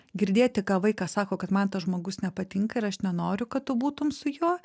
girdėti ką vaikas sako kad man tas žmogus nepatinka ir aš nenoriu kad tu būtum su juo